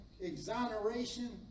exoneration